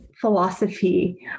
philosophy